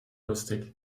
lustig